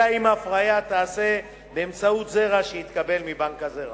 אלא אם ההפריה תיעשה באמצעות זרע שהתקבל מבנק הזרע.